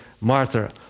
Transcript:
Martha